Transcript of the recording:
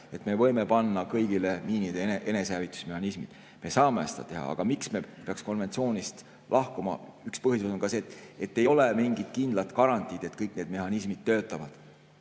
– lisada kõigile miinidele enesehävitusmehhanismid. Me saame seda teha. Aga miks me peaks konventsioonist lahkuma? Üks põhjus on ka see, et ei ole mingit kindlat garantiid, et kõik need mehhanismid raudselt